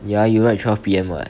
ya you write twelve P M [what]